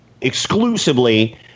exclusively